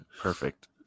Perfect